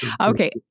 okay